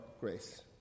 grace